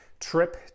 trip